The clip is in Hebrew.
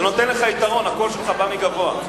זה נותן לך יתרון: הקול שלך בא מגבוה.